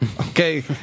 Okay